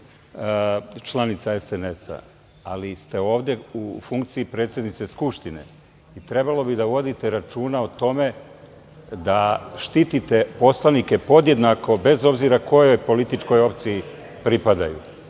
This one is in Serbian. članica SNS-a, ali ste ovde u funkciji predsednice Skupštine i trebalo bi da vodite računa o tome da štitite poslanike podjednako, bez obzira kojoj političkoj opciji pripadaju.